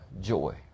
joy